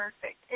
perfect